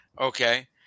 okay